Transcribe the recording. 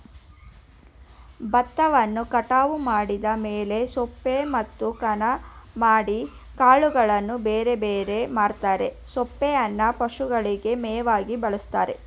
ಬತ್ತವನ್ನು ಕಟಾವು ಮಾಡಿದ ಮೇಲೆ ಸೊಪ್ಪೆ ಮತ್ತು ಕಣ ಮಾಡಿ ಕಾಳುಗಳನ್ನು ಬೇರೆಬೇರೆ ಮಾಡ್ತರೆ ಸೊಪ್ಪೇನ ಪಶುಗಳಿಗೆ ಮೇವಾಗಿ ಬಳಸ್ತಾರೆ